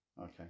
Okay